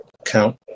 count